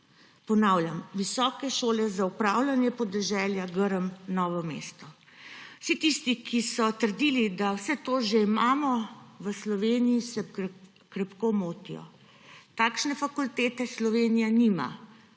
Ponavljam: Visoke šole za upravljanje podeželja GRM Novo mesto. Vsi tisti, ki so trdili, da vse to že imamo v Sloveniji, se krepko motijo. Takšne fakultete Slovenija nima.